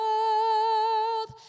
World